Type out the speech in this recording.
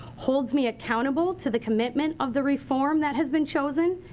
holds me accountable to the commitment of the reform that has been chosen.